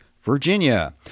Virginia